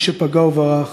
מי שפגע וברח,